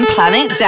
Planet